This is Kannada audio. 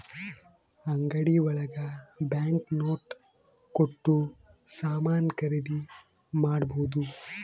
ಅಂಗಡಿ ಒಳಗ ಬ್ಯಾಂಕ್ ನೋಟ್ ಕೊಟ್ಟು ಸಾಮಾನ್ ಖರೀದಿ ಮಾಡ್ಬೋದು